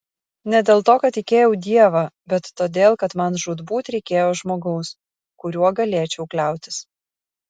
ne dėl to kad tikėjau dievą bet todėl kad man žūtbūt reikėjo žmogaus kuriuo galėčiau kliautis